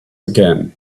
again